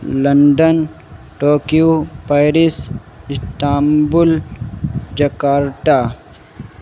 London Tokyo Paris Istanbul Jakarta